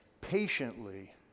patiently